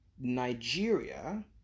Nigeria